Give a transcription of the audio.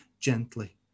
gently